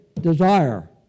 desire